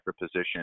position